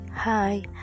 Hi